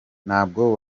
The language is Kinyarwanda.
ntabwo